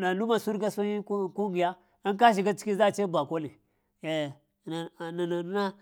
la luma ahh sun riga sun yi kungiya an ka siga ciki za a ce bako ne nana na.